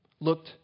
looked